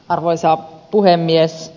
arvoisa puhemies